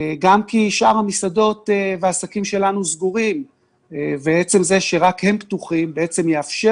גם כי שאר המסעדות והעסקים שלנו סגורים וזה שרק הם פתוחים בעצם יאפשר